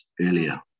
earlier